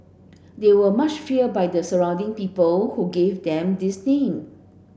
they were much feared by the surrounding people who gave them this name